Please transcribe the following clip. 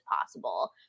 possible